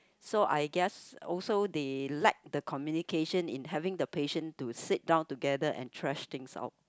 so I guess also they lack the communication in having the patience to sit down together and trash things out